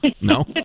no